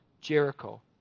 Jericho